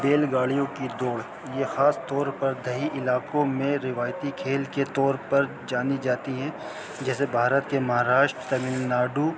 بیل گاڑیوں کی دوڑ یہ خاص طور پر دیہی علاقوں میں روایتی کھیل کے طور پر جانی جاتی ہیں جیسے بھارت کے مہاراشٹر تمل ناڈو